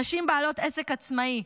נשים בעלות עסק עצמאי,